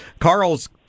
Carl's